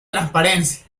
transparencia